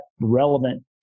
relevant